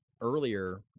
earlier